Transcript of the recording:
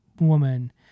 woman